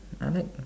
I like